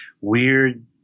weird